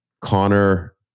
Connor